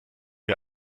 wir